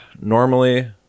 normally